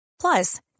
Plus